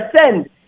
ascend